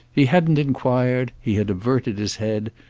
he hadn't enquired, he had averted his head,